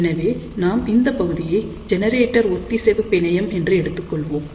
எனவே நாம் இந்தப் பகுதியை ஜெனரேட்டர் ஒத்திசைவு பிணையம் என்று எடுத்துக்கொள்வோம்